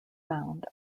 found